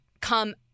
come